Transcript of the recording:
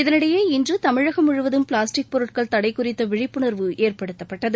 இதனிடையே இன்று தமிழகம் முழுவதும் பிளாஸ்டிக் பொருட்கள் தடை குறித்த விழிப்புணர்வு ஏற்படுத்தப்பட்டது